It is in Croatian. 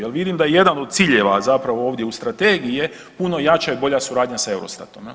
Jel vidim da jedan od ciljeva zapravo ovdje u strategiji je puno jača i bolja suradnja sa EUROSTATOM.